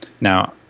Now